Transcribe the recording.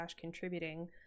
contributing